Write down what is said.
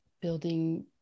building